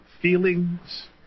feelings